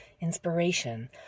inspiration